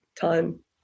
time